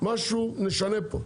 משהו נשנה פה.